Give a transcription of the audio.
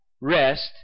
rest